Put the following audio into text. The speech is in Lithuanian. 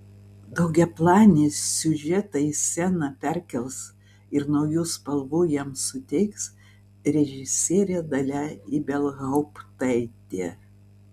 daugiaplanį siužetą į sceną perkels ir naujų spalvų jam suteiks režisierė dalia ibelhauptaitė